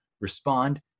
respond